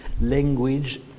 language